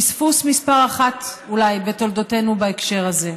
אולי פספוס מספר אחת בתולדותינו בהקשר הזה.